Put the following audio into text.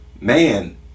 man